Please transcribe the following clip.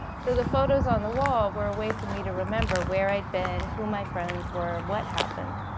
so the photos on the wall were a way for me to remember where i'd been, who my friends were, what happened.